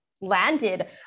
landed